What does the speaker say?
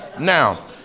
Now